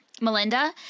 Melinda